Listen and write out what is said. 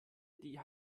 die